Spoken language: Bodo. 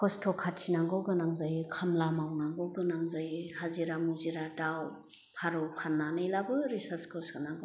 खस्थ' खाथिनांगौ गोनां जायो खामला मावनांगौ गोनां जायो हाजिरा मुजिरा दाउ फारौ फान्नानैलाबो रिसार्चखौ सोनांगौ